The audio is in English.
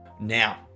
now